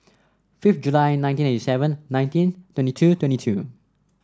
fifth July nineteen eighty seven nineteen twenty two twenty two